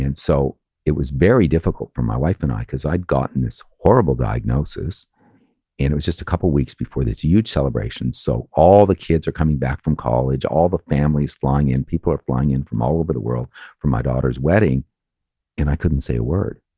and so it was very difficult for my wife and i, because i'd gotten this horrible diagnosis and it was just a couple of weeks before this huge celebration. so all the kids are coming back from college, all the families flying in, people are flying in from all over the world for my daughter's wedding and i couldn't say a word,